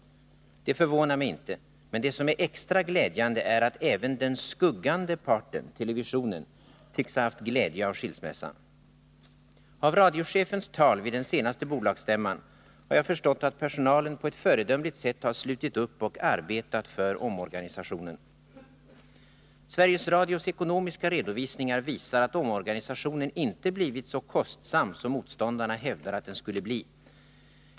Detta förvånar mig inte. Men det som är extra glädjande är att även den skuggande parten, televisionen, tycks ha haft glädje av skilsmässan. Av radiochefens tal vid den senaste bolagsstämman har jag förstått att personalen på ett föredömligt sätt har slutit upp och arbetat för omorganisationen. Sveriges Radios ekonomiska redovisningar visar att omorganisationen inte blivit så kostsam som motståndarna hävdade att den skulle bli.